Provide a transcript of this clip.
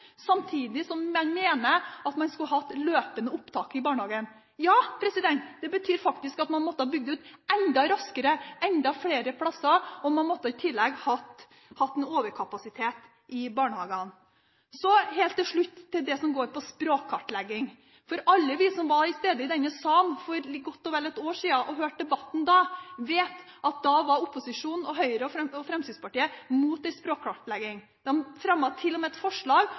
samtidig som den mener at man skulle hatt løpende opptak i barnehagen. Ja, det betyr faktisk at man hadde måttet bygge ut enda raskere, fått enda flere plasser, og man måtte i tillegg hatt en overkapasitet i barnehagene. Helt til slutt til det som går på språkkartlegging. Alle vi som var til stede i denne salen for godt og vel et år siden og hørte debatten da, vet at da var opposisjonen, Høyre og Fremskrittspartiet, mot en språkkartlegging. De fremmet til og med et forslag